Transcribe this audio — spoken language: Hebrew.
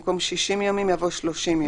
במקום: "60 ימים", יבוא: "30 ימים".